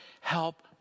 help